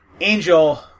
angel